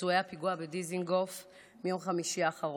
פצועי הפיגוע בדיזינגוף ביום חמישי האחרון.